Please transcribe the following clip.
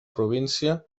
província